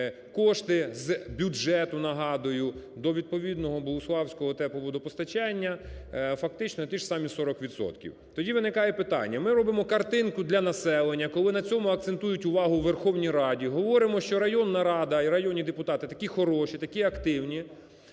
кошти з бюджету, нагадую, до відповідного богуславського тепловодопостачання фактично ті ж самі 40 відсотків. Тоді виникає питання: ми робимо картинку для населення, коли на цьому акцентують увагу у Верховній Раді, говоримо, що районна рада і районні депутати такі хороші, такі активні,